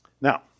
Now